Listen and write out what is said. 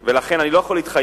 ולכן אני לא יכול להתחייב,